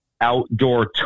outdoor